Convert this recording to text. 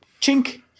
chink